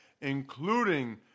including